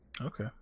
Okay